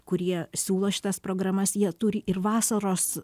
kurie siūlo šitas programas jie turi ir vasaros